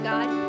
God